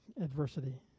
adversity